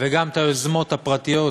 וגם את היוזמות הפרטיות,